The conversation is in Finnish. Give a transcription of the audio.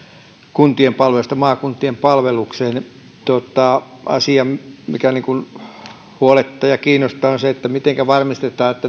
kuntien palveluksesta maakuntien palvelukseen asia mikä huolettaa ja kiinnostaa on se mitenkä varmistetaan että